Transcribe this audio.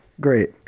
Great